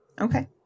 Okay